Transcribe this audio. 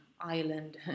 island